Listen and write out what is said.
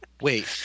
Wait